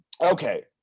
Okay